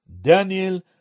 Daniel